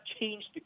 changed